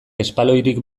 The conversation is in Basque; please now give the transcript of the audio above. espaloirik